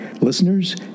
listeners